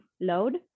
load